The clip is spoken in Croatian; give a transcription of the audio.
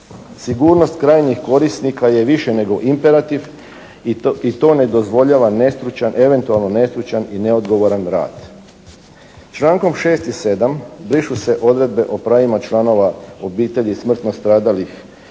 Sigurnost krajnjih korisnika je više nego imperativ i to ne dozvoljava nestručan, eventualno nestručan i neodgovoran rad. Člankom 6. i 7. brišu se odredbe o pravima članova obitelji smrtno stradalih